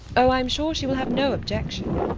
oh, i'm sure she will have no objection.